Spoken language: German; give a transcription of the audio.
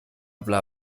bla